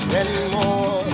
anymore